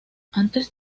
antes